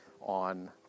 on